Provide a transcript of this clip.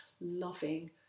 loving